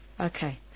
Okay